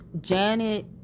Janet